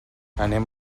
anem